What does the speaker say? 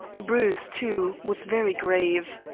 bruce, too, was very grave.